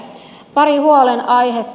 pari huolen aihetta